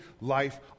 life